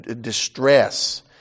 distress